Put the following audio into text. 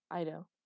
Ido